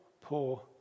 poor